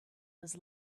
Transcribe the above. was